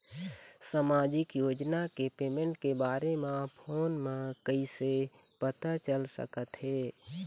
सामाजिक योजना के पेमेंट के बारे म फ़ोन म कइसे पता चल सकत हे?